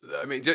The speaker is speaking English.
i mean, yeah